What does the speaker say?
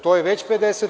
To je već 50%